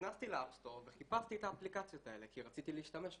נכנסתי לאפסטור וחיפשתי את האפליקציות האלה כי רציתי להשתמש בהן.